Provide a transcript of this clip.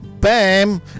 bam